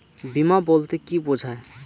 বিমা বলতে কি বোঝায়?